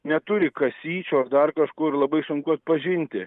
neturi kasyčių ar dar kažko ir labai sunku atpažinti